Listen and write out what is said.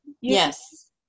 Yes